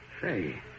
Say